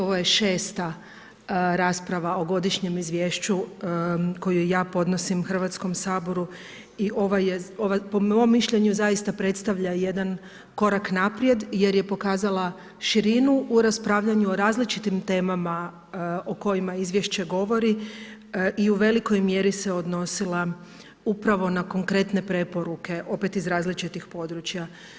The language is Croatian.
Ovo je šesta rasprava o Godišnjem izvješću koju ja podnosim Hrvatskom saboru i po mom mišljenju predstavlja jedan korak naprijed jer je pokazala širinu u raspravljanju o različitim temama o kojima izvješće govori i u velikoj mjeri se odnosila upravo na konkretne preporuke opet iz različitih područja.